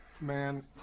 Man